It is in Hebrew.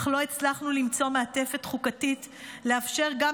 אך לא הצלחנו למצוא מעטפת חוקתית לאפשר זאת